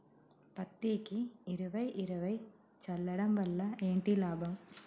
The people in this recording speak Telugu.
పత్తికి ఇరవై ఇరవై చల్లడం వల్ల ఏంటి లాభం?